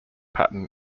pattern